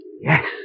Yes